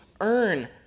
earn